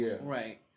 Right